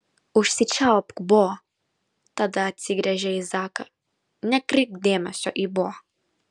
užsičiaupk bo tada atsigręžė į zaką nekreipk dėmesio į bo